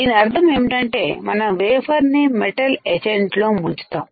దీని అర్థం ఏంటంటే మనము వేఫర్waferని మెటల్ ఎచెంట్ లో ముంచుతాం